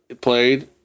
played